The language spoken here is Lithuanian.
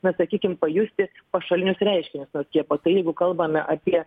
na sakykim pajusti pašalinius reiškinius nuo skiepo tai jeigu kalbame apie